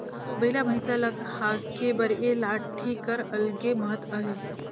बइला भइसा ल हाके बर ए लाठी कर अलगे महत अहे